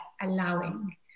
allowing